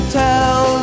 tell